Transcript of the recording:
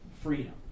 freedom